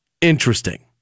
interesting